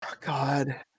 god